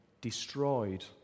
destroyed